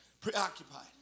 Preoccupied